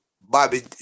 Bobby